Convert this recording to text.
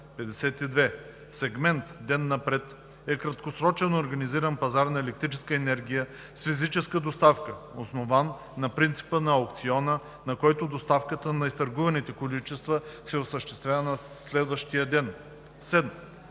52. „Сегмент ден напред“ е краткосрочен организиран пазар на електрическа енергия с физическа доставка, основан на принципа на аукциона, на който доставката на изтъргуваните количества се осъществява на следващия ден.“